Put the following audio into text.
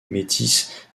métis